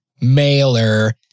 mailer